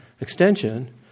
extension